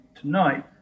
tonight